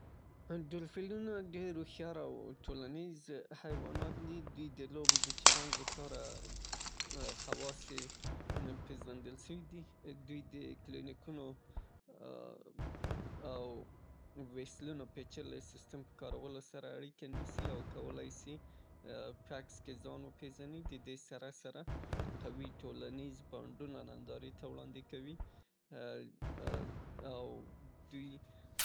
ډولفينونه ډېر هوښيار او ټولنيز حيوانات دي دوی د لوبو د چلند له پاره خواص يې پېزندل سوي دي دوی د کلينيکونو او ويسلونو د پېچلي سېستم په کارونو سره اړيکه نيسي او کولای سي په عکس کې ځان وپېزني د دې سره سره قوي ټولنيز بانډونه نندارې ته وړاندې کوي او دوی.